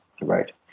right